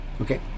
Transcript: Okay